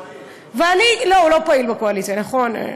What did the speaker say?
לא, הוא לא פעיל בקואליציה, נכון.